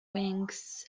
wings